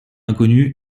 inconnu